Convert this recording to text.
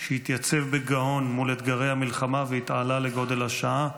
שהתייצב בגאון מול אתגרי המלחמה והתעלה לגודל השעה.